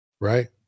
right